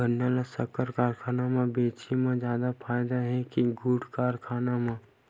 गन्ना ल शक्कर कारखाना म बेचे म जादा फ़ायदा हे के गुण कारखाना म?